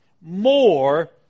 more